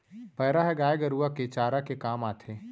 पैरा ह गाय गरूवा के चारा के काम आथे